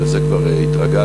אבל לזה כבר התרגלנו.